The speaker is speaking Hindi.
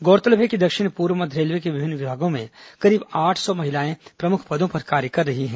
गौरतलब है कि दक्षिण पूर्व मध्य रेलवे के विभिन्न विभागों में करीब आठ सौ महिलाएं प्रमुख पदों पर कार्य कर रही हैं